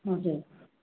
हजुर